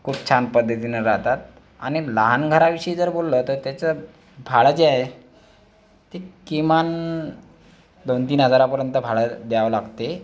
खूप छान पद्धतीनं राहतात आणि लहान घराविषयी जर बोललं तर त्याचं भाडं जे आहे ते किमान दोनतीन हजारापर्यंत भाडं द्यावं लागते